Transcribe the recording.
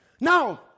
Now